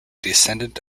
descendant